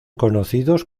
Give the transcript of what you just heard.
conocidos